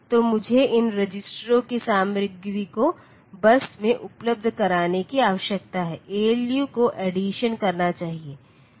तो मुझे इन रजिस्टरों की सामग्री को बस में उपलब्ध कराने की आवश्यकता है एएलयू को अड्डीसन करना चाहिए